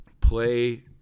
play